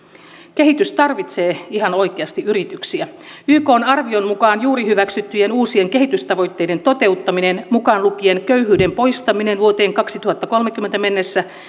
kehitys tarvitsee ihan oikeasti yrityksiä ykn arvion mukaan juuri hyväksyttyjen uusien kehitystavoitteiden toteuttaminen mukaan lukien köyhyyden poistaminen vuoteen kaksituhattakolmekymmentä mennessä